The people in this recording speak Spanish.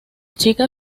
chica